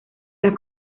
las